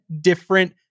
different